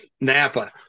Napa